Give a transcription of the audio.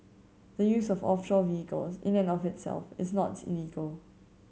the use of offshore vehicles in and of itself is not illegal